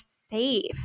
safe